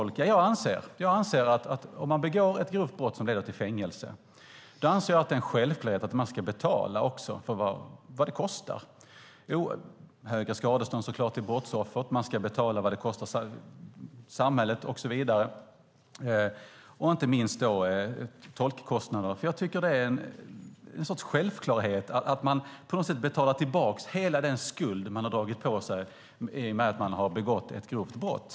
Jag anser att om man begår ett grovt brott som leder till fängelse är det en självklarhet att man ska betala vad det kostar. Man ska betala höga skadestånd till brottsoffret, man ska betala vad det kostar samhället och så vidare och inte minst tolkkostnaderna. Jag tycker att det är en självklarhet att man på något sätt betalar tillbaka hela den skuld man har dragit på sig i och med att man har begått ett grovt brott.